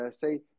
say